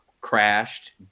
crashed